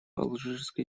алжирской